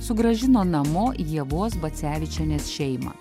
sugrąžino namo ievos bacevičienės šeimą